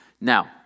Now